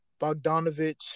Bogdanovich